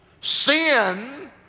Sin